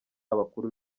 abakuru